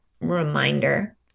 reminder